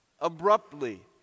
abruptly